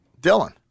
Dylan